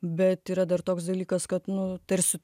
bet yra dar toks dalykas kad nu tarsi